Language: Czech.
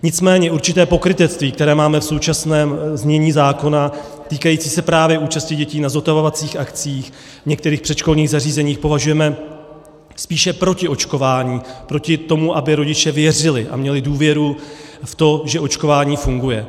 Nicméně určité pokrytectví, které máme v současném znění zákona, týkající se právě účasti dětí na zotavovacích akcích v některých předškolních zařízeních, považujeme spíše proti očkování, proti tomu, aby rodiče věřili a měli důvěru v to, že očkování funguje.